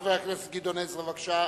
חבר הכנסת גדעון עזרא, בבקשה.